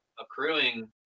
accruing